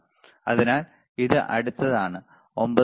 അതിനാൽ ഇത് അടുത്താണ് 9